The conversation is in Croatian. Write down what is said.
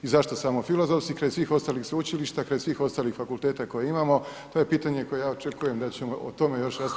I zašto samo Filozofski kraj svih ostalih sveučilišta, kraj svih ostalih fakulteta koje imamo to je pitanje koje ja očekujem da ćemo o tome još raspravljati